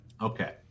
Okay